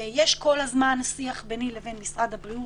יש כל הזמן שיח ביני לבין משרד הבריאות,